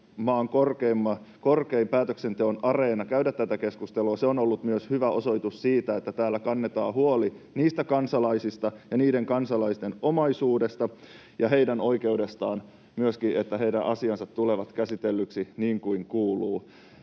maan korkein päätöksenteon areena käydä tätä keskustelua, on ollut myös hyvä osoitus siitä, että täällä kannetaan huoli niistä kansalaisista ja niiden kansalaisten omaisuudesta ja heidän oikeudestaan myöskin, että heidän asiansa tulevat käsitellyiksi niin kuin kuuluu.